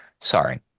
Sorry